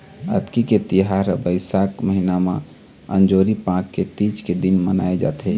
अक्ती के तिहार ह बइसाख महिना म अंजोरी पाख के तीज के दिन मनाए जाथे